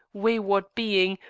wayward being,